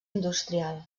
industrial